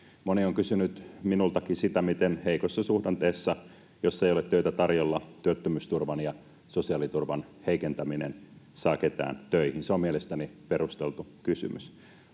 Moni on kysynyt minultakin sitä, miten heikossa suhdanteessa, jos ei ole töitä tarjolla, työttömyysturvan ja sosiaaliturvan heikentäminen saa ketään töihin. Se on mielestäni perusteltu kysymys.